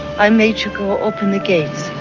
i made you go open the gates.